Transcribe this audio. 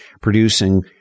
producing